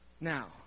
Now